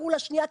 עברו לשנייה,